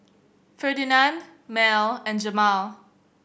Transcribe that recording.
Ferdinand Mell and Jamal